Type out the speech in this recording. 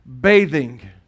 bathing